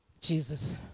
Jesus